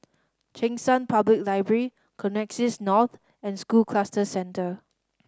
Cheng San Public Library Connexis North and School Cluster Centre